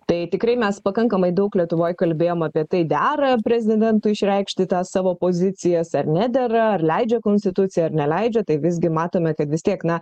tai tikrai mes pakankamai daug lietuvoj kalbėjom apie tai dera prezidentui išreikšti tą savo pozicijas ar nedera ar leidžia konstitucija ar neleidžia tai visgi matome kad vis tiek na